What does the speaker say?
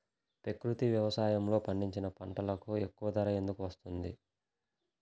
ప్రకృతి వ్యవసాయములో పండించిన పంటలకు ఎక్కువ ధర ఎందుకు వస్తుంది?